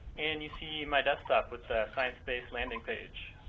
and you see my desktop, with the sciencebase landing page?